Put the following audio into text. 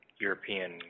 European